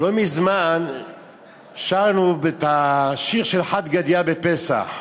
לא מזמן שרנו את השיר "חד גדיא" בפסח.